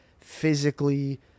physically